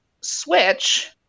switch